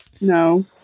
No